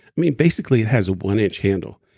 mean basically it has a one-inch handle.